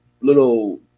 little